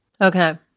Okay